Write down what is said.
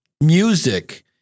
music